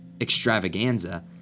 extravaganza